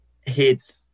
hit